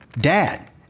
Dad